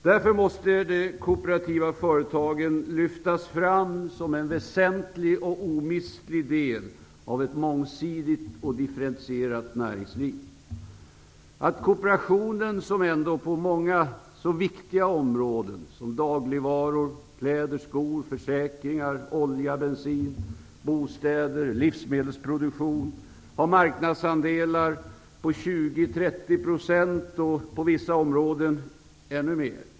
Därför måste de kooperativa företagen lyftas fram som en väsentlig och omistlig del av ett mångsidigt och differentierat näringsliv. Kooperationen har ändå på många viktiga områden som dagligvaror, kläder, skor, försäkringar, olja, bensin, bostäder och livsmedelsproduktion marknadsandelar på 20--30 % och på vissa områden ännu mer.